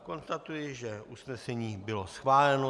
Konstatuji, že usnesení bylo schváleno.